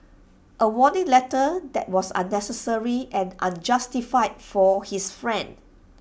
A warning letter that was unnecessary and unjustified for his friend